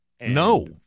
No